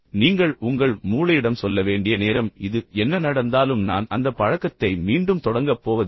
நீங்கள் உங்கள் மூளையிடம் சொல்ல வேண்டிய நேரம் இது என்ன நடந்தாலும் நான் அந்த பழக்கத்தை மீண்டும் தொடங்கப் போவதில்லை